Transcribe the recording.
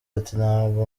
ati”ntabwo